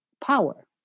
power